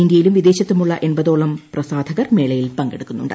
ഇന്ത്യയിലും വിദേശത്തുമുള്ള എൺപതോളം പ്രസാധകർ മേളയിൽ പങ്കെടുക്കുന്നുണ്ട്